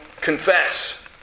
confess